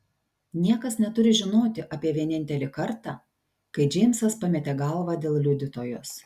niekas neturi žinoti apie vienintelį kartą kai džeimsas pametė galvą dėl liudytojos